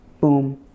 boom